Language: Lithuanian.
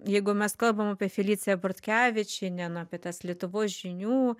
jeigu mes kalbam apie feliciją bortkevičienę na apie tas lietuvos žinių